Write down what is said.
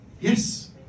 Yes